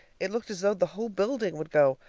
it looked as though the whole building would go,